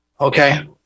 okay